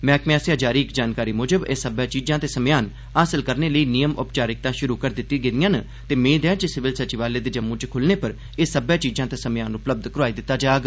मैहकमे आस्सेआ जारी इक जानकारी मुजब एह् सब्बै चीजां ते सम्यान हासल करने लेई नियम औपचारिक्तां शुरु करी दिती दियां न ते मेद ऐ जे सिविल सचिवालय दे जम्मू च खुलने पर एह् सब्बै चीजां ते सम्यान उपलब्ध कराई दिता जाग